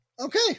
Okay